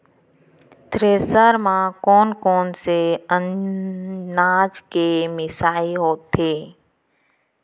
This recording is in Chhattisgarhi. थ्रेसर म कोन कोन से अनाज के मिसाई होथे?